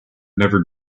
never